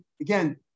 again